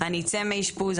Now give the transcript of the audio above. אני אצא מאשפוז,